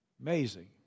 Amazing